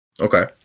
Okay